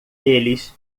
eles